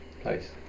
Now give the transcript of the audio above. place